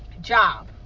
job